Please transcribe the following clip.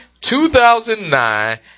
2009